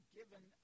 given